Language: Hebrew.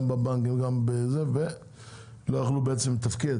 גם בבנקים ולא יכלו לתפקד,